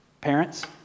parents